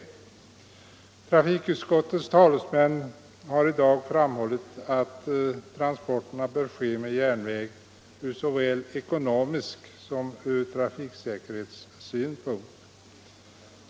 Trafikutskottets talesmän har i dag framhållit att transporterna ur såväl ekonomisk synpunkt som trafiksäkerhetssynpunkt bör ske med järnväg.